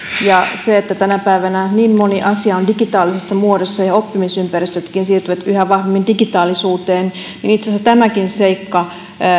ja kun tänä päivänä niin moni asia on digitaalisessa muodossa ja ja oppimisympäristötkin siirtyvät yhä vahvemmin digitaalisuuteen itse asiassa tämäkin seikka